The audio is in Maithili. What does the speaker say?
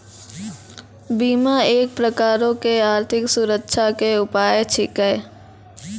बीमा एक प्रकारो के आर्थिक सुरक्षा के उपाय छिकै